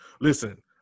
Listen